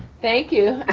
thank you. ah